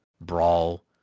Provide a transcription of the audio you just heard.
Brawl